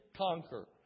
conquer